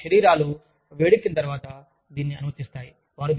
మరియు వారి శరీరాలు వేడెక్కిన తర్వాత దీనిని అనుమతిస్తాయి